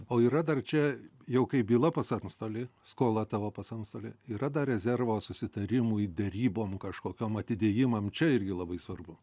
o yra dar čia jau kaip byla pas anstoli skola tavo pas antstolį yra dar rezervo susitarimui derybom kažkokiom atidėjimam čia irgi labai svarbu